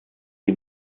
die